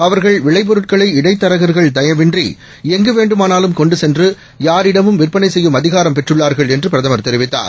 அவர்கள் விளைபொருட்களைஇடைத்தரகர்கள்தயவின்றி எங்குவேண்டுமானாலும்கொண்டுசென்று யாரிடமும்விற்பனைசெய்யும்அதிகாரம்பெற்றுள்ளார்கள்என் றுபிரதமர்தெரிவித்தார்